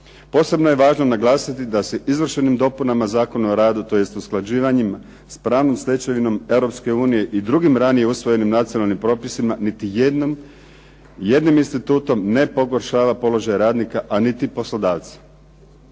Posebno je važno naglasiti da se izvršenim dopunama Zakona o radu, tj. usklađivanjima s pravnom stečevinom Europske unije i drugim ranije usvojenim nacionalnim propisima niti jednim institutom ne pogoršava položaj radnika, a niti poslodavci.